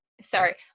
sorry